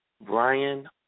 Brian